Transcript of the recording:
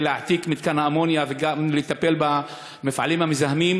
להעתיק את מתקן האמוניה וגם לטפל במפעלים המזהמים.